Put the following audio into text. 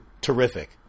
terrific